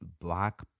black